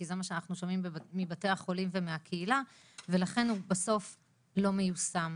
כי זה מה שאנחנו שומעים מבתי החולים ומהקהילה ולכן הוא בסוף לא מיושם.